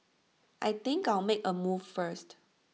I think I'll make A move first